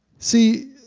see,